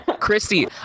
Christy